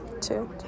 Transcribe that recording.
two